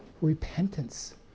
repentance